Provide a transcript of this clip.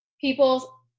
people